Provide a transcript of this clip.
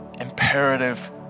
imperative